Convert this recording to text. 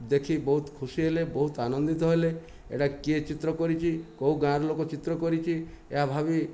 ଦେଖି ବହୁତ ଖୁସି ହେଲେ ବହୁତ ଆନନ୍ଦିତ ହେଲେ ଏଟା କିଏ ଚିତ୍ର କରିଛି କେଉଁ ଗାଁର ଲୋକ ଚିତ୍ର କରିଛି ଏହା ଭାବି